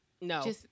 No